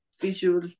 visual